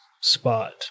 spot